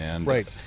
Right